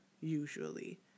usually